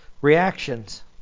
reactions